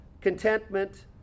contentment